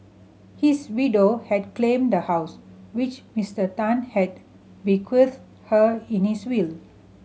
his widow had claimed the house which Mister Tan had bequeathed her in his will